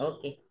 Okay